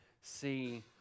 see